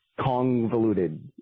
convoluted